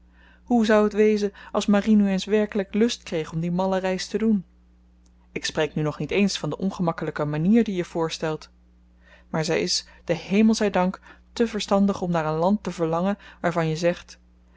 hoe zou t wezen als marie nu eens werkelyk lust kreeg om die malle reis te doen ik spreek nu nog niet eens van de ongemakkelyke manier die je voorstelt maar zy is den hemel zy dank te verstandig om naar een land te verlangen waarvan je zegt